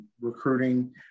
recruiting